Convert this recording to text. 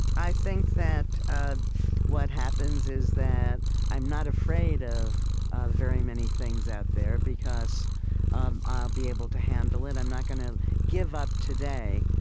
i think that um what happens is that i'm not afraid of ah very many things out there, because um i'll be able to handle it. i'm not going to give up today,